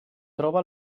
troba